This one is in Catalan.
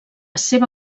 seva